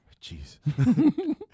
Jeez